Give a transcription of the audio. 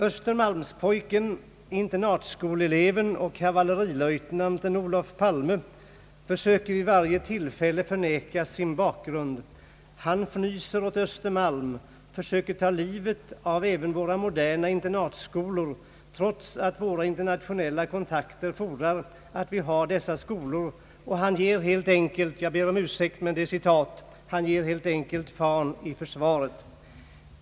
»Östermalmspojken, internatskoleeleven och kavallerilöjtnanten Olof Palme försöker vid varje tillfälle förneka sin bakgrund. Han fnyser åt Östermalm, försöker ta livet av även våra moderna internatskolor, trots att våra internationella kontakter fordrar att vi har dessa skolor, och han ger» — jag ber om ursäkt men det är citat — »helt enkelt ”fan” i försvaret.